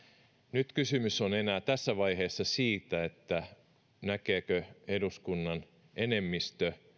nyt kysymys on tässä vaiheessa enää siitä näkeekö eduskunnan enemmistö